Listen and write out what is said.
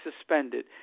suspended